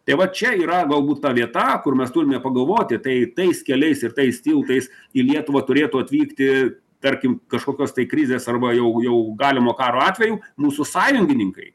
tai va čia yra vagų ta vieta kur mes turime pagalvoti tai tais keliais ir tais tiltais į lietuvą turėtų atvykti tarkim kažkokios tai krizės arba jau jau galimo karo atveju mūsų sąjungininkai